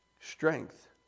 Strength